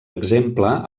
exemple